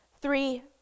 Three